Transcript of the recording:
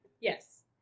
Yes